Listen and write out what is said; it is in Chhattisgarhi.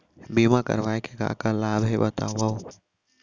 बीमा करवाय के का का लाभ हे बतावव?